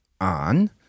on